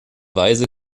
weise